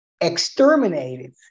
exterminated